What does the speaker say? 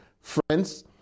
Friends